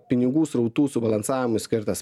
pinigų srautų subalansavimui skirtas